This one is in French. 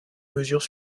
mesures